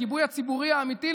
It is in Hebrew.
הגיבוי הציבורי האמיתי,